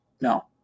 No